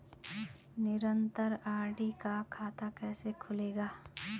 निरन्तर आर.डी का खाता कैसे खुलेगा?